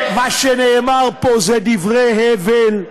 מה שנאמר פה זה דברי הבל,